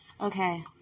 Okay